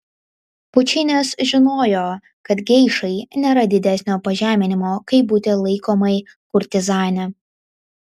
pučinis žinojo kad geišai nėra didesnio pažeminimo kaip būti laikomai kurtizane